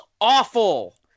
awful